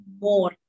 more